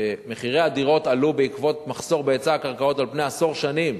כי מחירי הדירות עלו בעקבות מחסור בהיצע הקרקעות על פני עשור שנים.